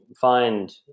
find